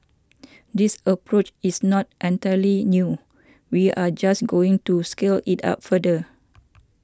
this approach is not entirely new we are just going to scale it up further